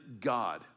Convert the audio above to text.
God